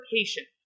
patient